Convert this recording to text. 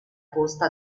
costa